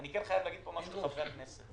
אני כן חייב להגיד פה משהו לחברי הכנסת,